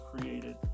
created